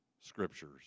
scriptures